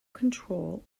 control